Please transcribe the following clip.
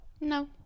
No